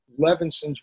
Levinson's